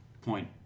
point